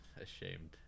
ashamed